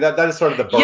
that that is sort of the